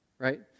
right